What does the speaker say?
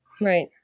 right